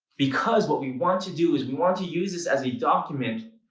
because what we want to do is, we want to use this as a document,